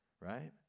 right